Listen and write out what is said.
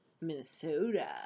Minnesota